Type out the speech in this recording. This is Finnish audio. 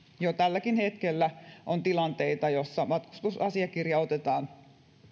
jo tälläkin hetkellä on tilanteita joissa matkustusasiakirja otetaan